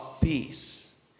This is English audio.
peace